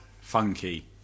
funky